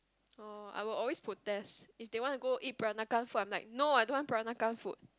oh I will always protest if they want to go eat Peranakan food I'm like no I don't want Peranakan food